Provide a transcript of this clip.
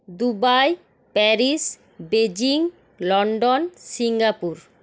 Dubai Paris Beijing London Singapore